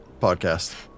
podcast